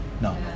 no